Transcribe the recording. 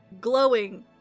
glowing